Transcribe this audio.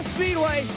Speedway